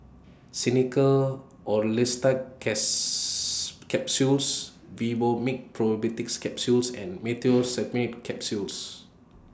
Xenical Orlistat Capsules Vivomixx Probiotics Capsule and Meteospasmyl Simeticone Capsules